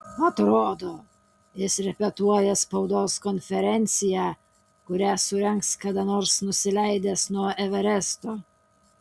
atrodo jis repetuoja spaudos konferenciją kurią surengs kada nors nusileidęs nuo everesto